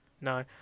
No